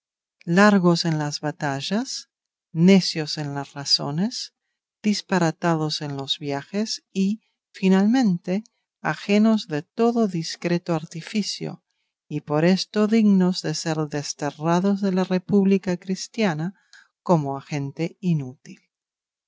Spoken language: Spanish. largos en las batallas necios en las razones disparatados en los viajes y finalmente ajenos de todo discreto artificio y por esto dignos de ser desterrados de la república cristiana como a gente inútil